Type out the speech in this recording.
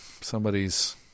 somebody's